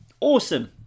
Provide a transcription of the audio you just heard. awesome